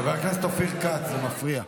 חבר הכנסת אופיר כץ, זה מפריע.